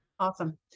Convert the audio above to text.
Awesome